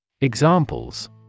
Examples